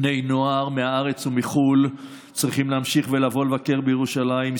בני נוער מהארץ ומחו"ל צריכים להמשיך לבוא לבקר בירושלים,